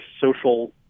social